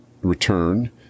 return